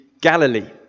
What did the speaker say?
Galilee